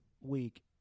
week